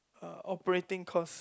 uh operating cost